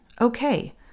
okay